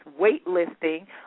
WaitListing